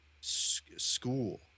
school